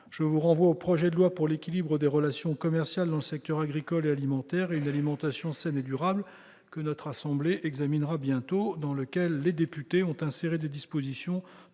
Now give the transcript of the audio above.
je vous renvoie au projet de loi pour l'équilibre des relations commerciales dans le secteur agricole et alimentaire et une alimentation saine et durable, que notre assemblée examinera bientôt et dans lequel les députés ont inséré des dispositions